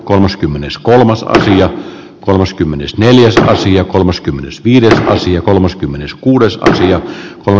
kolmaskymmeneskolmas ja kolmaskymmenesneljäs sija kolmaskymmenes viidettä ja kolmaskymmeneskuudes sija on